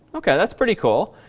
ok, that's pretty cool.